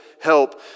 help